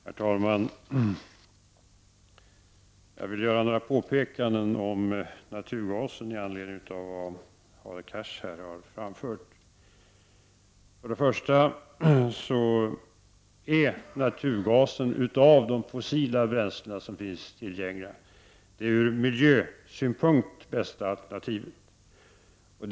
Herr talman! Jag vill göra några påpekanden om naturgasen med anledning av vad Hadar Cars här framförde. För det första är naturgasen det ur miljösynpunkt bästa alternativet av de fossila bränslen som finns tillgängliga.